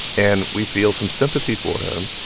and we feel some sympathy for him.